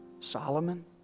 Solomon